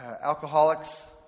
alcoholics